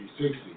360